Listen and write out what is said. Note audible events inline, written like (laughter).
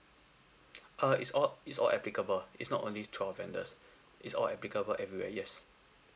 (noise) uh it's all it's all applicable it's not only twelve vendors it's all applicable everywhere yes